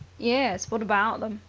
yes, what about them?